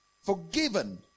forgiven